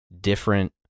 different